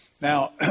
Now